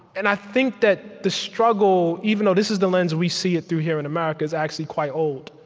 and i think that the struggle even though this is the lens we see it through here, in america is, actually, quite old.